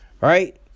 Right